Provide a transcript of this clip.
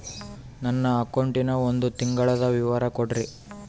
ನನ್ನ ಅಕೌಂಟಿನ ಒಂದು ತಿಂಗಳದ ವಿವರ ಕೊಡ್ರಿ?